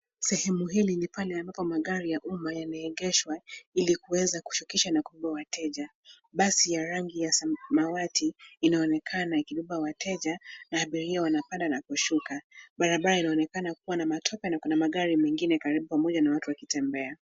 Sehemu hii ni pale ambapo magari ya umma yanaengeshwa ili kuweza kushukisha na kubeba wateja, basi ya rangi ya samawati inaonekana ikibeba wateja na abiria wanapanda na kushuka, barabara inaonekana kuwa na matope na kuna magari mengine karibu pamoja na watu wakitembea.